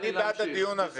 אני בעד הדיון הזה.